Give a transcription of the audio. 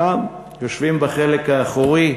שם, יושבים בחלק האחורי,